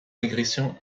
régression